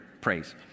praise